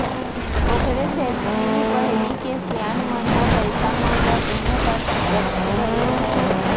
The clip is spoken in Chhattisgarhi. ओखरे सेती पहिली के सियान मन ह पइसा मन ल गुहूँ कस गठरी धरे रहय